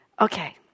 Okay